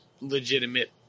legitimate